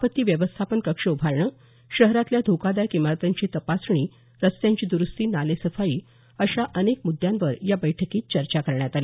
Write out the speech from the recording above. आपत्ती व्यवस्थापन कक्ष उभारणे शहरातल्या धोकादायक इमारतींची तपासणी रस्त्यांची दरूस्ती नालेसफाई अशा अनेक म्द्यांवर या बैठकीत चर्चा करण्यात आली